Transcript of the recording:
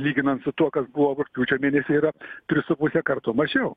lyginan su tuo kas buvo rugpjūčio mėnesį yra tris su puse karto mažiau